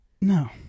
No